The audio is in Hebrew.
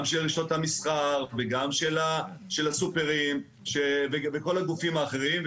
גם של לשכות המסחר וגם של הסופרים וכל הגופים האחרים.